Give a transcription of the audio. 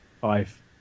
Five